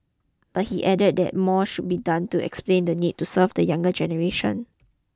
but he added that more should be done to explain the need to serve the younger generation